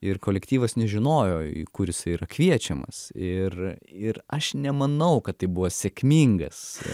ir kolektyvas nežinojo į kur jisai yra kviečiamas ir ir aš nemanau kad tai buvo sėkmingas